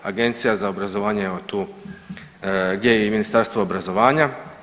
Agencija za obrazovanje je evo tu gdje je i Ministarstvo obrazovanja.